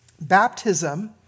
Baptism